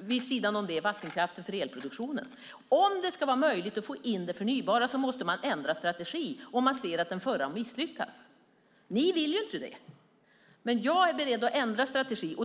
vid sidan om den vattenkraften för elproduktionen. Om det ska vara möjligt att få in det förnybara måste man ändra strategi, om man ser att den förra har misslyckats. Ni vill ju inte det. Men jag är beredd att ändra strategi.